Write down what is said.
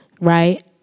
right